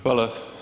Hvala.